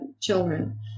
children